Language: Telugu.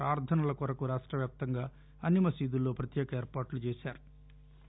ప్రార్ధనల కొరకు రాష్టవ్యాప్తంగా అన్ని మసీదుల్లో ప్రత్యేక ఏర్పాట్లు చేశారు